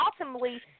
ultimately